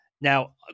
Now